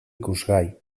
ikusgai